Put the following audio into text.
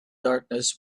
darkness